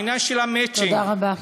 העניין של המצ'ינג, תודה רבה.